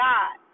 God